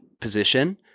position